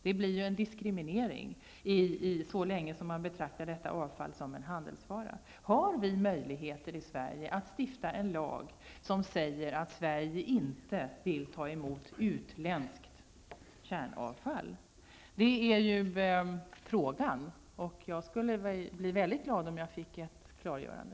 Det blir en diskriminering så länge man betraktar detta avfall som en handelsvara. Har vi möjligheter i Sverige att stifta en lag som säger att Sverige inte vill ta emot utländskt kärnavfall? Det är ju frågan, och jag skulle bli väldigt glad om jag fick ett klargörande.